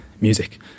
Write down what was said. music